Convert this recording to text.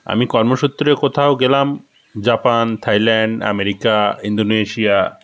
আমি কর্মসূত্রে কোথাও গেলাম জাপান থাইল্যান্ড আমেরিকা ইন্দোনেশিয়া